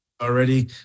already